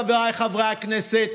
חבריי חברי הכנסת,